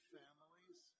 families